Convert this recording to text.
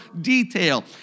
detail